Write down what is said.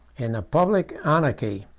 in the public anarchy,